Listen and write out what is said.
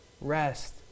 Rest